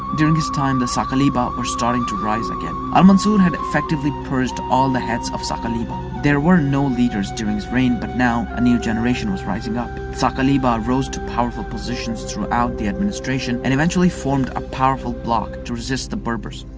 during his time, the saqaliba were starting to rise again. al-mansur had effectively purged all the heads of saqaliba. there were no leaders during his reign but now, a new generation was rising up. the saqaliba rose to powerful positions throughout the administration and eventually formed a powerful bloc to resist the berbers.